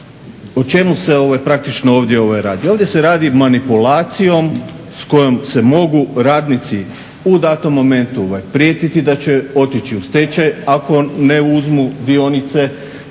praktično ovdje radi? Ovdje se radi manipulacijom s kojom se mogu radnici u datom momentu prijetiti da će otići u stečaj ako ne uzmu dionice,